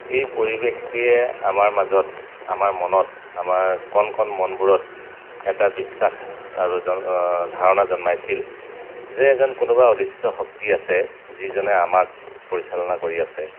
এই পৰিৱেশটোৱে আমাৰ মাজত আমাৰ মনত আমাৰ কণ কণ মনবোৰত এটা বিশ্বাস আৰু ধাৰণা জন্মাইছিল যে এজন কোনোবা অদৃশ্য শক্তি আছে যিজনে আমাক পৰিচালনা কৰি আছে